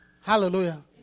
Hallelujah